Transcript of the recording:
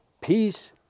peace